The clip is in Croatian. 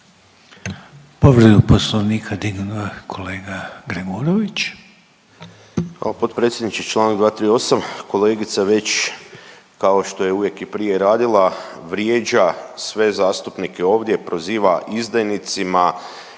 Povredu Poslovnika dignuo je kolega Gregurović.